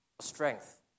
strength